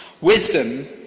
Wisdom